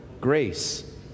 grace